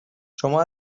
شما